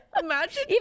Imagine